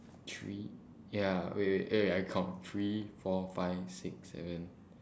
three ya wait wait wait wait I count three four five six seven